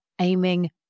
aiming